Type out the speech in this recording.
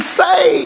say